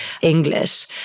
English